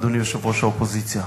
אדוני יושב-ראש האופוזיציה.